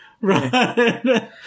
Right